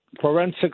forensic